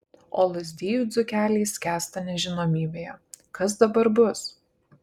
o lazdijų dzūkeliai skęsta nežinomybėje kas dabar bus